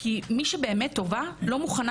כי מי שבאמת טובה במה שהיא עושה לא מוכנה